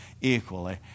equally